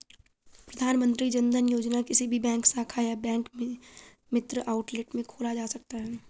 प्रधानमंत्री जनधन योजना किसी भी बैंक शाखा या बैंक मित्र आउटलेट में खोला जा सकता है